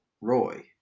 Roy